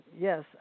Yes